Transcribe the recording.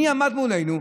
מי עמד מולנו?